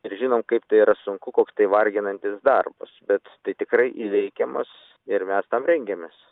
ir žinom kaip tai yra sunku koks tai varginantis darbas bet tai tikrai įveikiamas ir mes tam rengiamės